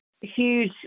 huge